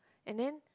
and then